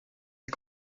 est